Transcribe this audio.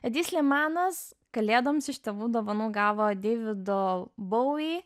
edi slimanas kalėdoms iš tėvų dovanų gavo deivido bouvi